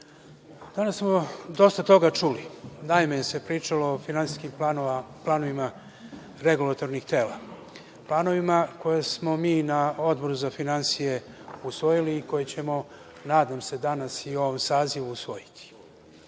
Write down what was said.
danas smo dosta toga čuli, najmanje se pričalo o finansijskim planovima regulatornih tela, planovima koje smo mi na Odboru za finansije usvojili i koje ćemo, nadam se danas, i u ovom sazivu usvojiti. Bilo